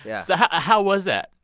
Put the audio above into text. yeah so ah how was that?